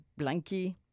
blankie